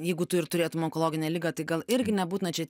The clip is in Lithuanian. jeigu tu ir turėtum onkologinę ligą tai gal irgi nebūtina čia